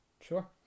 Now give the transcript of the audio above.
sure